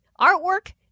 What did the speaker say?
artwork